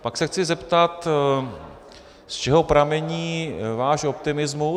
Pak se chci zeptat, z čeho pramení váš optimismus.